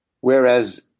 Whereas